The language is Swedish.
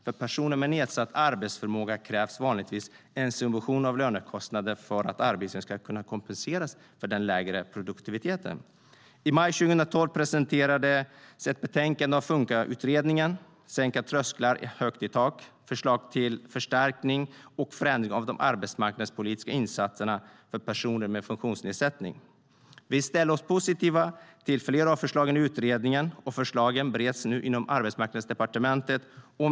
För personer med nedsatt arbetsförmåga krävs vanligtvis en subvention av lönekostnaden för att arbetsgivaren ska kompenseras för den lägre produktiviteten.I maj 2012 presenterades ett betänkande av Funkautredningen som heter Sänkta trösklar - högt i tak förslag till förstärkning och förändring av de arbetsmarknadspolitiska insatserna för personer med funktionsnedsättning. Vi ställer oss positiva till flera av förslagen i utredningen, och förslagen bereds inom Arbetsmarknadsdepartementet.